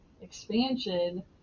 expansion